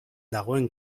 dagoen